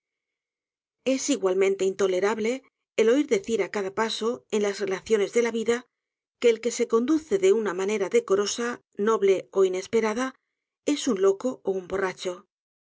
es igualmente intolerable el oir decir á cada paso en las relaciones déla vida que el que se conduce de una manera decorosa noble ó inesperada es un loco ó un borracho